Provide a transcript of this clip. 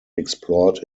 explored